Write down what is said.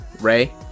Ray